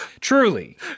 truly